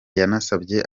yanasabye